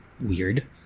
Weird